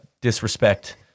disrespect—